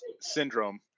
Syndrome